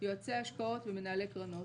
יועצי השקעות ומנהלי קרנות.